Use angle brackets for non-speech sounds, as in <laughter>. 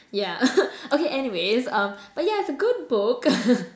yeah <laughs> okay anyways um but yeah it's a good book <laughs>